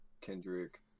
Kendrick